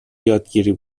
یادگیری